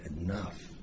enough